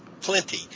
plenty